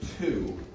two